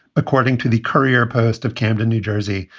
according to the courier post of camden, new jersey,